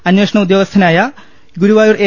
അന്വേഷണ ഉദ്യോഗസ്ഥനായ ഗുരുവായൂർ എ